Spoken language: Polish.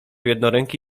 jednoręki